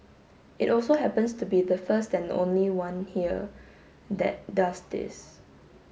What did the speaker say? it also happens to be the first and only one here that does this